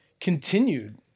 continued